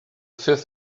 fifth